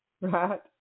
Right